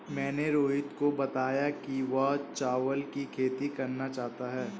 मैंने रोहित को बताया कि वह चावल की खेती करना चाहता है